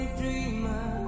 dreamer